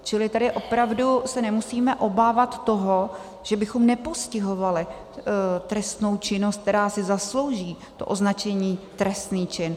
Čili tady opravdu se nemusíme obávat toho, že bychom nepostihovali trestnou činnost, která si zaslouží to označení trestný čin.